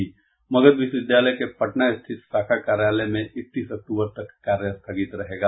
मगध विश्वविद्यालय के पटना स्थित शाखा कार्यालय में एकतीस अक्टूबर तक कार्य स्थगित रहेगा